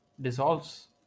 dissolves